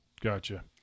Gotcha